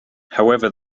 however